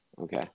Okay